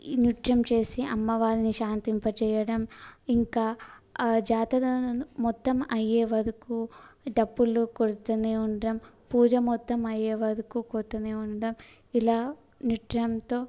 నృత్యం చేసి అమ్మవారిని శాంతింపజేయడం ఇంకా ఆ జాతర మొత్తం అయ్యేవరకు డప్పులు కొడుతూనే ఉండడం పూజ మొత్తం అయ్యేవరకు కొడుతూనే ఉండడం ఇలా నృత్యంతో